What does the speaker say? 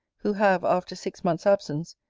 who have, after six months' absence,